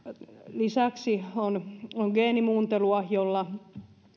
lisäksi on on geenimuuntelua jolla